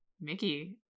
Mickey